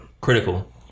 critical